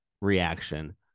reaction